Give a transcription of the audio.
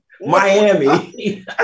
Miami